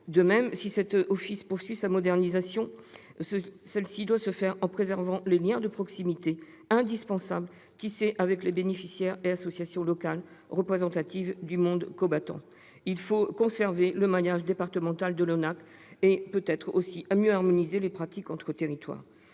en OPEX. L'ONAC-VG poursuit sa modernisation, mais celle-ci doit se faire en préservant les indispensables liens de proximité tissés avec les bénéficiaires et associations locales représentatives du monde combattant. Il faut conserver le maillage départemental de l'ONAC-VG et peut-être mieux harmoniser les pratiques entre territoires.